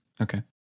Okay